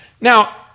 Now